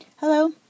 Hello